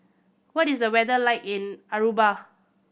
what is the weather like in Aruba